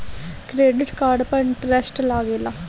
Credit card पर interest लागेला?